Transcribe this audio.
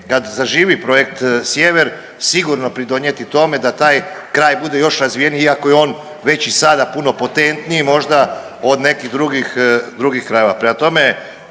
kad zaživi projekt sjever sigurno pridonijeti tome da taj kraj bude još razvijeniji iako je on već i sada puno potentniji možda od nekih drugih krajeva.